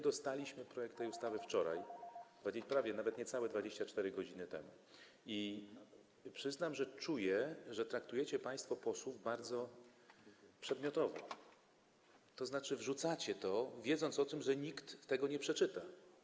Dostaliśmy projekt tej ustawy wczoraj, nawet niecałe 24 godziny temu i przyznam, że czuję, że traktujecie państwo posłów bardzo przedmiotowo, tzn. wrzucacie to, wiedząc o tym, że nikt tego nie przeczyta.